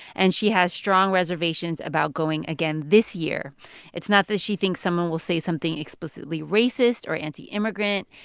and she has strong reservations about going again this year it's not that she thinks someone will say something explicitly racist or anti-immigrant.